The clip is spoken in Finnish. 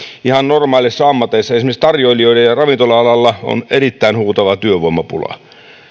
ihan normaaleissa ammateissa esimerkiksi tarjoilijoista ja ja ravintola alalla on erittäin huutava työvoimapula